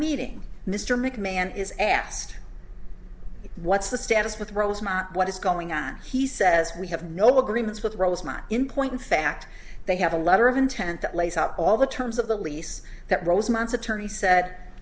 meeting mr mcmahon is asked what's the status with rosemont what is going on he says we have no agreements with rosemont in point in fact they have a letter of intent that lays out all the terms of the lease that rosemont attorney said